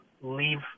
Leave